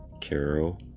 Carol